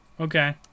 okay